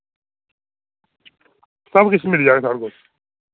सब किश मिल जाग सब साढ़े कोल